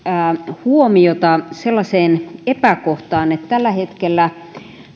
huomiota sellaiseen epäkohtaan että tällä hetkellä